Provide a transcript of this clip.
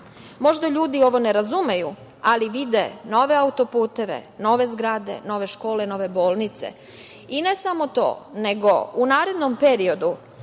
Možda ljudi ovo ne razumeju, ali vide nove autoputeve, nove zgrade, nove škole, nove bolnice. I ne samo to, nego u narednom periodu,